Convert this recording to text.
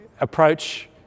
approach